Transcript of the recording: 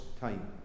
time